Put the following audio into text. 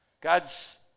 God's